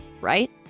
right